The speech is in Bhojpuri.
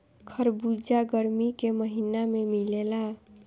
खरबूजा गरमी के महिना में मिलेला